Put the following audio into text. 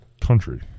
country